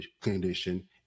condition